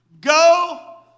Go